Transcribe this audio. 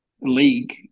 league